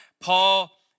Paul